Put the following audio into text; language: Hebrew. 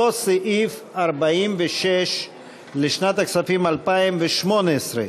אותו סעיף 46 לשנת הכספים 2018,